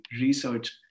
research